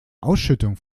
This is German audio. ausschüttung